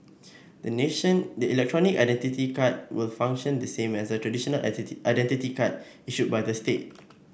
the nation the electronic identity card will function the same as a traditional identity card issued by the state